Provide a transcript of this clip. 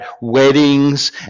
weddings